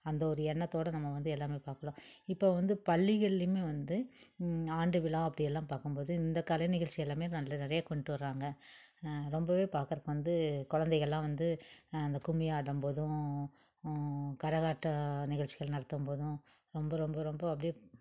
அந்த ஒரு எண்ணத்தோட நம்ம வந்து எல்லாமே பார்க்கணும் இப்போ வந்து பள்ளிகள்லேயுமே வந்து ஆண்டு விழா அப்படி எல்லாம் பார்க்கும்போது இந்த கலை நிகழ்ச்சி எல்லாமே நிறைய கொண்டு வராங்க ரொம்பவே பார்க்கறக்கு வந்து குழந்தைகள்லாம் வந்து அந்த கும்மி ஆடும் போதும் கரகாட்ட நிகழ்ச்சிகள் நடத்தும் போதும் ரொம்ப ரொம்ப ரொம்ப அப்படியே